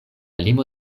limo